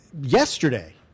yesterday